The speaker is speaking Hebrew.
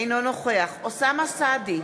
אינו נוכח אוסאמה סעדי,